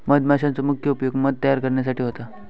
मधमाशांचो मुख्य उपयोग मध तयार करण्यासाठी होता